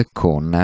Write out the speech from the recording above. con